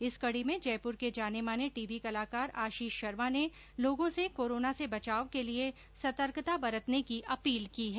इस कड़ी में जयपुर के जाने माने टीवी कलाकार आशीष शर्मा ने लोगों से कोरोना से बचाव के लिये सतर्कता बरतने की अपील की है